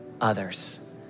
Others